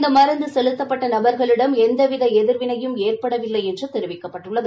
இந்த மருந்து செலுத்தப்பட்ட நபர்களிடம் எந்தவித எதிர்வினையும் ஏற்படவில்லை என்று தெரிவிக்கப்பட்டுள்ளது